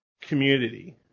community